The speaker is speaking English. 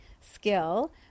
skill